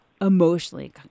emotionally